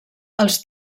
els